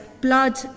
blood